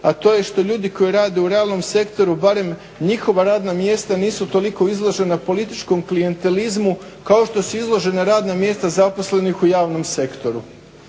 a to je što ljudi koji rade u realnom sektoru barem njihova radna mjesta nisu toliko izložena političkom klijentelizmu kao što su izložena radna mjesta zaposlenih u javnom sektoru.